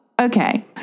okay